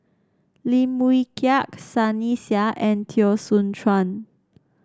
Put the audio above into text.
Lim Wee Kiak Sunny Sia and Teo Soon Chuan